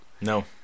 No